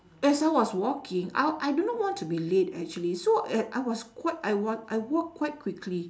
as I was walking out I do not want to be late actually so a~ I was qui~ I wa~ I walked quite quickly